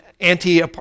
anti